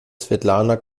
svetlana